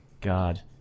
God